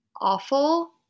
awful